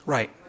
Right